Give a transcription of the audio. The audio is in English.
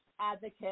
advocate